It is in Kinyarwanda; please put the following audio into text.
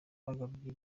bagabye